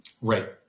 Right